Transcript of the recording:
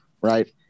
right